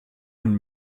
und